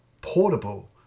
portable